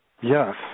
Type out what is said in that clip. Yes